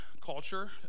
culture